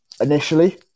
initially